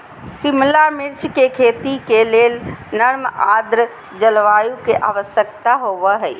शिमला मिर्च के खेती के लेल नर्म आद्र जलवायु के आवश्यकता होव हई